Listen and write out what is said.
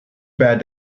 bad